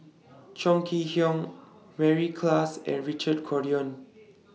Chong Kee Hiong Mary Klass and Richard Corridon